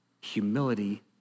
humility